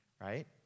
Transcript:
right